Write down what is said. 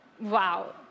Wow